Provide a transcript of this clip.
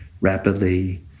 rapidly